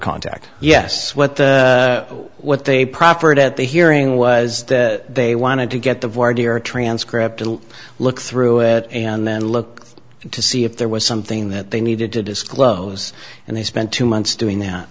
contact yes what the what they proffered at the hearing was they wanted to get the vardy or transcript and look through it and then look to see if there was something that they needed to disclose and they spent two months doing that